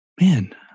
man